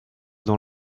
dans